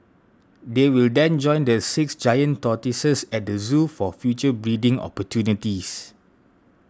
they will then join the six giant tortoises at the zoo for future breeding opportunities